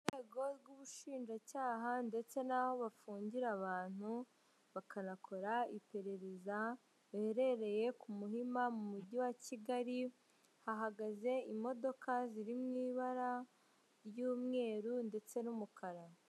Urwego rw'ubushinjacyaha ndetse naho bafungira abantu bakanakora iperereza, ruherereye ku Muhima mu mujyi wa Kigali, hahagaze imodoka ziri mw'ibara ry'umweru ndetse n'umukara.